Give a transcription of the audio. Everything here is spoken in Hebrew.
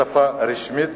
כשפה הרשמית